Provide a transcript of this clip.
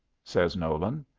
says nolan.